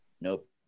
Nope